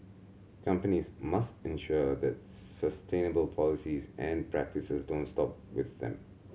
companies must ensure that sustainable policies and practices don't stop with them